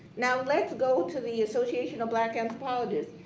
now let's go to the association of black anthropologists.